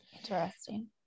Interesting